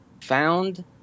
found